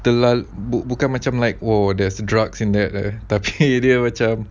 terla~ bukan macam like oh there's drug in there tapi dia macam